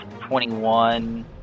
twenty-one